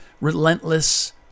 relentless